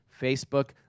Facebook